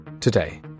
Today